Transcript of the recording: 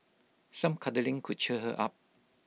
some cuddling could cheer her up